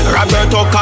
Roberto